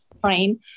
frame